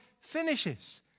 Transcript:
finishes